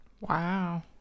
Wow